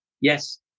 Yes